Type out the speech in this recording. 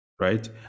right